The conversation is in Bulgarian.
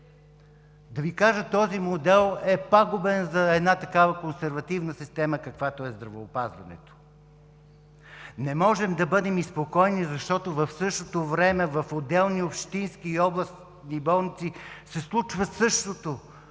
Да Ви кажа, този модел е пагубен за една такава консервативна система каквато е здравеопазването. Не можем да бъдем спокойни, защото в същото време в отделни общински и областни болници се случва същото,